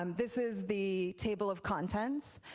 um this is the table of contents,